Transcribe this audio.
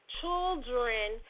children